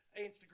Instagram